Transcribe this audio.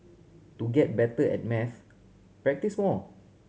to get better at maths practise more